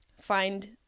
find